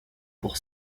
pour